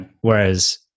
Whereas